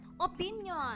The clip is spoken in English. opinion